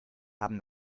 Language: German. haben